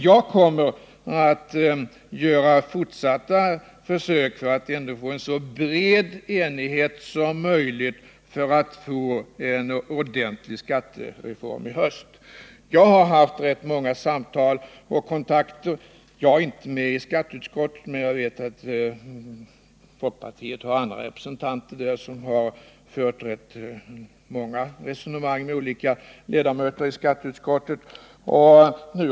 Jag kommer dock att göra fortsatta försök för att få till stånd en så bred enighet som möjligt om en ordentlig skattereform i höst. Jag har haft rätt många samtal och kontakter i denna fråga, och jag vet också att folkpartiets representanter i skatteutskottet har fört rätt många resonemang med andra ledamöter i detta utskott om de här spörsmålen.